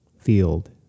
field